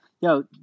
Yo